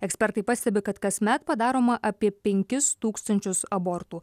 ekspertai pastebi kad kasmet padaroma apie penkis tūkstančius abortų